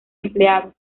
empleados